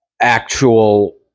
actual